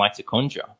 mitochondria